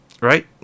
right